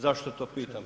Zašto to pitam?